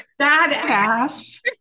Badass